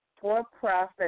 for-profit